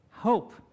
hope